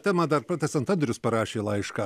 temą dar pratęsiant andrius parašė laišką